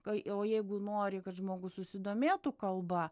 kai o jeigu nori kad žmogus susidomėtų kalba